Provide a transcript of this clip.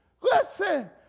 Listen